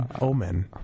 omen